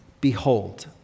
behold